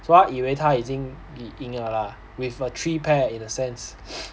so 他以为他已经赢 liao lah with a three pair in a sense